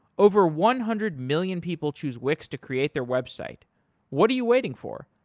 over one-hundred-million people choose wix to create their website what are you waiting for?